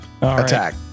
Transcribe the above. Attack